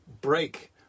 break